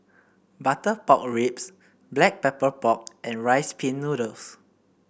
Butter Pork Ribs Black Pepper Pork and Rice Pin Noodles